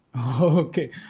Okay